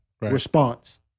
response